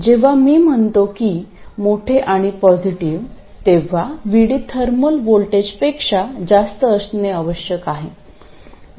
जेव्हा मी म्हणतो की मोठे आणि पॉझिटिव्ह तेव्हा VD थर्मल व्होल्टेजपेक्षा जास्त असणे आवश्यक आहे